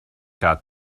got